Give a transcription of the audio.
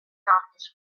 office